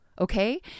Okay